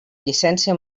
llicència